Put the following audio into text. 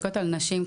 נשים,